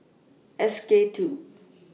S K two